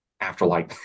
Afterlife